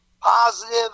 positive